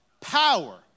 power